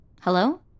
Hello